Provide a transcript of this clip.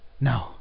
No